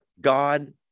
God